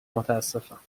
متاسفم